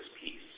peace